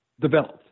developed